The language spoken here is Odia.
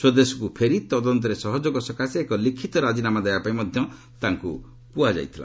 ସ୍ୱଦେଶକୁ ଫେରି ତଦନ୍ତରେ ସହଯୋଗ ସକାଶେ ଏକ ଲିଖିତ ରାଜିନାମା ଦେବା ପାଇଁ ମଧ୍ୟ କୁହାଯାଇଥିଲା